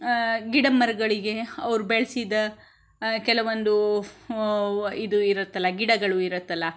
ಗಿಡ ಮರಗಳಿಗೆ ಅವರು ಬೆಳೆಸಿದ ಕೆಲವೊಂದು ಇದು ಇರತ್ತಲ್ಲ ಗಿಡಗಳು ಇರತ್ತಲ್ಲ